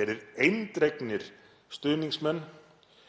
verið eindregnir stuðningsmenn